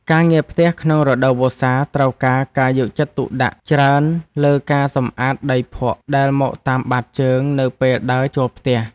ការងារផ្ទះក្នុងរដូវវស្សាត្រូវការការយកចិត្តទុកដាក់ច្រើនលើការសម្អាតដីភក់ដែលមកតាមបាតជើងនៅពេលដើរចូលផ្ទះ។